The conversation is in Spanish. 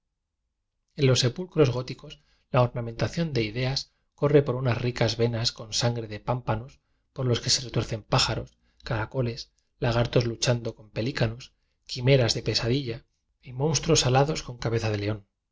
en los sepulcros góticos la ornamenta ción de ideas corre por unas ricas venas con sangre de pámpanos por los que se re tuercen pájaros caracoles lagartos luchan do con pelícanos quimeras de pesadilla y nionsfruos alados con cabeza de león